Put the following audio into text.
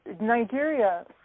Nigeria